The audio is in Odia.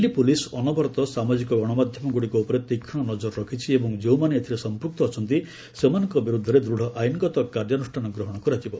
ଦିଲ୍ଲୀ ପୋଲିସ୍ ଅନବରତ ସାମାଜିକ ଗଣମାଧ୍ୟମଗୁଡ଼ିକ ଉପରେ ତୀକ୍ଷ୍ଣ ନଜର ରଖିଛି ଏବଂ ଯେଉଁମାନେ ଏଥିରେ ସଂପୃକ୍ତ ଅଛନ୍ତି ସେମାନଙ୍କ ବିରୋଧରେ ଦୂଢ଼ ଆଇନଗତ କାର୍ଯ୍ୟାନୁଷ୍ଠାନ ଗ୍ରହଣ କରାଯିବ